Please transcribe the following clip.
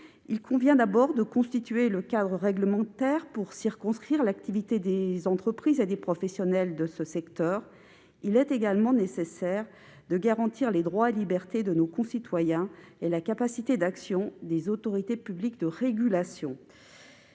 il convient de constituer le cadre réglementaire pour circonscrire l'activité des entreprises et des professionnels de ce secteur. Il est également nécessaire de garantir les droits et libertés de nos concitoyens et la capacité d'action des autorités publiques de régulation.